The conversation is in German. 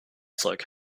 zeug